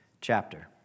chapter